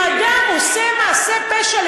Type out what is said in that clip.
אם אדם עושה מעשה פשע,